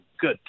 good